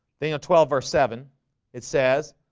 they know twelve verse seven it says